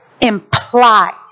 implies